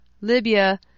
Libya